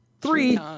Three